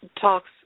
talks